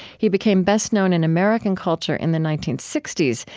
he became best known in american culture in the nineteen sixty s,